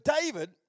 David